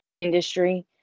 industry